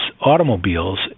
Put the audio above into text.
automobiles